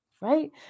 Right